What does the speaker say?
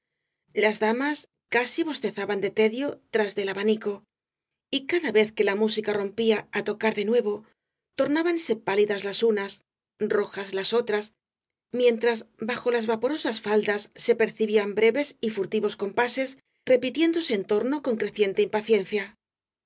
las damas casi bostezaban de tedio tras del abanico y cada vez que la música rompía á tocar de nuevo tornábanse pálidas las unas rojas las otras mientras bajo las vael caballero de las botas azules porosas faldas se percibían breves y furtivos compases repitiéndose en torno con creciente impaciencia